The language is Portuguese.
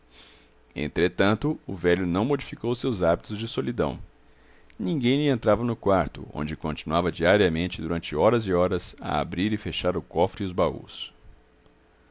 entretanto o velho não modificou os seus hábitos de solidão ninguém lhe entrava no quarto onde continuava diariamente durante horas e horas a abrir e fechar o cofre e os baús